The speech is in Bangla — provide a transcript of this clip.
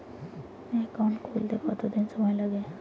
একাউন্ট খুলতে কতদিন সময় লাগে?